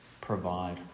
provide